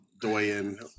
Doyen